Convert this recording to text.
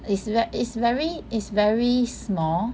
is ver~ is very is very small